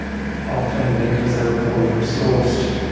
often because they were poorly resourced.